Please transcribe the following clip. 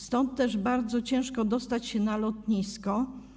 Stąd też bardzo trudno dostać się na lotnisko.